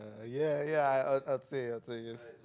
ya ya I I would say I would say yes